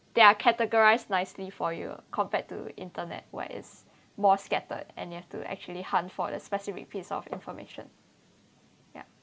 they are categorised nicely for you compared to internet where is more scattered and you have to actually hunt for the specific piece of information ya